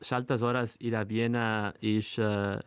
šaltas oras yra viena iš